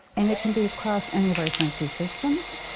and it can be across any of our sensory systems,